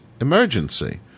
emergency